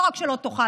לא רק שלא תוכלנה,